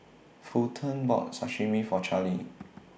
Fulton bought Sashimi For Charlie